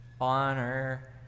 Honor